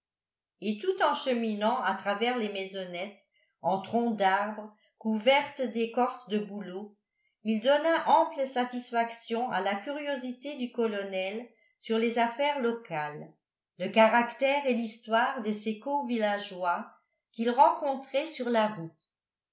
et tout en cheminant à travers les maisonnettes en troncs d'arbres couvertes d'écorce de bouleau il donna ample satisfaction à la curiosité du colonel sur les affaires locales le caractère et l'histoire de ses co villageois qu'ils rencontraient sur la route